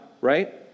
right